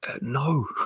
No